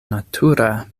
natura